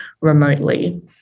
remotely